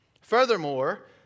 Furthermore